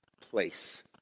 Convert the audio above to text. place